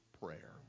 Prayer